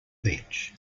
beach